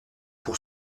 pour